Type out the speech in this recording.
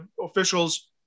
officials